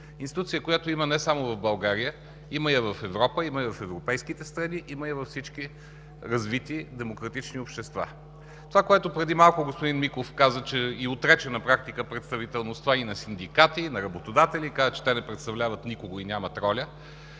институция, която я има не само в България, има я в Европа, има я в европейските страни. Има я във всички развити демократични общества. Това, което преди малко господин Миков каза и отрече на практика представителността и на синдикати, и на работодатели, и каза, че те не представляват никого и нямат роля,